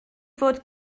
fod